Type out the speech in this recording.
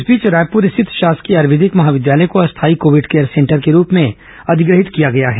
इस बीच रायपुर स्थित शासकीय आयुर्वेदिक महाविद्यालय को अस्थायी कोविड केयर सेंटर के रूप में अधिग्रहित किया गया है